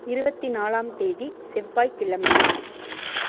இருபத்தி நாலாம் தேதி செவ்வாய்க்கிழமையா